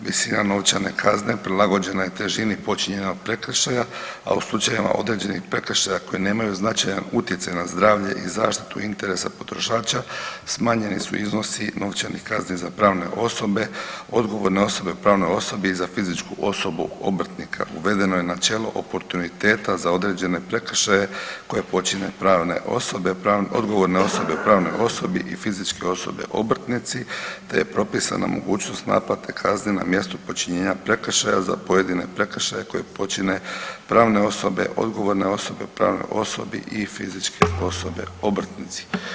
Visina novčane kazne prilagođena je težini počinjenog prekršaja, a u slučajevima određenih prekršaja koji nemaju značajan utjecaj na zdravlje i zaštitu interesa potrošača smanjeni su iznosi novčanih kazni za pravne osobe, odgovorne osobe u pravnoj osobi i za fizičku osobu obrtnika uvedeno je načelo oportuniteta za određene prekršaje koje počine pravne osobe, odgovorne osobe u pravnoj osobi i fizičke osobe obrtnici, te je propisana mogućnost naplate kazne na mjestu počinjenja prekršaja za pojedine prekršaje koje počine pravne osobe, odgovorne osobe u pravnoj osobi i fizičke osobe obrtnici.